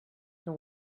can